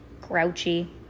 Grouchy